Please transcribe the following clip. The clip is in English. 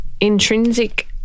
intrinsic